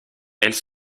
elles